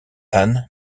anne